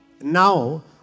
now